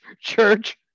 church